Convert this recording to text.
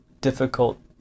difficult